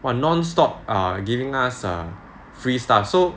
!wah! nonstop err giving us err free stuff so